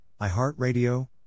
iHeartRadio